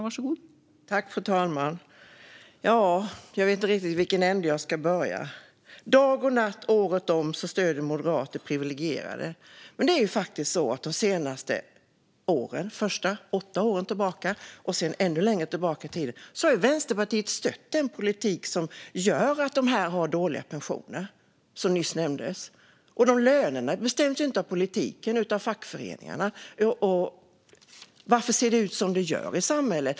Fru talman! Jag vet inte i vilken ände jag ska börja. Dag och natt året om stöder Moderaterna de privilegierade, säger Ulla Andersson. Men de senaste åtta åren och långt dessförinnan har Vänsterpartiet faktiskt stött den politik som gör att de som Ulla Andersson nämner här har dåliga pensioner, och lönerna bestäms inte av politiken utan av fackföreningarna. Varför ser det ut som det gör i samhället?